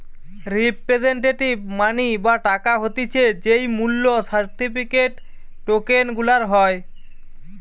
representative money বা টাকা হতিছে যেই মূল্য সার্টিফিকেট, টোকেন গুলার হয়